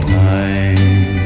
time